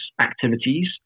activities